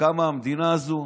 וקמה המדינה הזו,